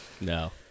No